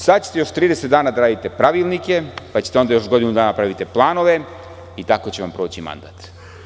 Sada ćete još 30 dana da radite pravilnike, pa ćete onda još godinu dana da pravite planove i tako će vam proći mandat.